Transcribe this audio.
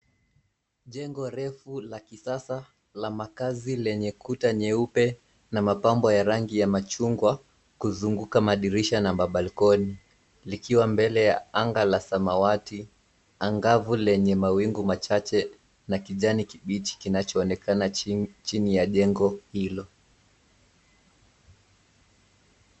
Jengo refu la kisasa la makaazi lenye kuta nyeupe na mapambo ya rangi ya machungwa kuzunguka madirisha na mabalcony likiwa mbele ya anga la samawati angavu lenye mawingu machache na kijani kichi kinachoonekana chini ya jengo hilo.